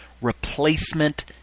Replacement